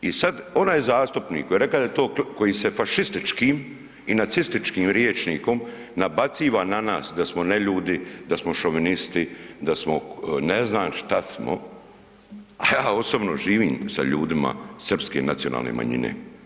I sada onaj zastupnik koji je rekao koji se fašističkim i nacističkim rječnikom nabaciva na nas da smo neljudi, da smo šovinisti, da ne znam šta smo, a ja osobno živim sa ljudima srpske nacionalne manjine.